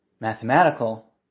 mathematical